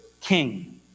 king